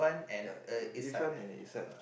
ya Irfun and his son